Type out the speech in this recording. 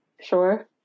Sure